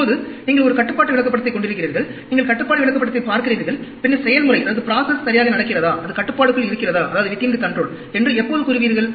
இப்போது நீங்கள் ஒரு கட்டுப்பாடு விளக்கப்படத்தைக் கொண்டிருக்கிறீர்கள் நீங்கள் கட்டுப்பாடு விளக்கப்படத்தைப் பார்க்கிறீர்கள் பின்னர் செயல்முறை சரியாக நடக்கிறதா அது கட்டுப்பாட்டுக்குள் இருகிறதா என்று எப்போது கூறுவீர்கள்